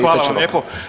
Hvala vam lijepo.